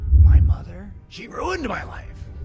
my mother? she ruined my life!